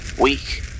weak